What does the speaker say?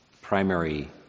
primary